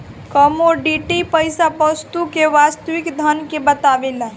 commodity पईसा वस्तु के वास्तविक धन के बतावेला